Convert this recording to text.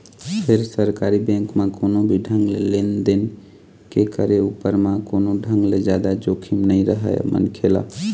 फेर सरकारी बेंक म कोनो भी ढंग ले लेन देन के करे उपर म कोनो ढंग ले जादा जोखिम नइ रहय मनखे ल